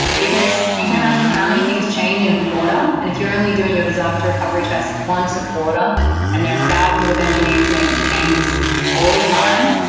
because you can imagine how many things change in a quarter. and if you're only doing your disaster recovery test once a quarter and there are thousands of engineering making changes all the time,